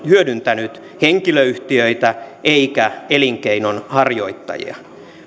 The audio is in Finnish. hyödyntänyt henkilöyhtiöitä eikä elinkeinonharjoittajia